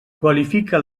qualifica